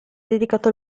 dedicato